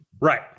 right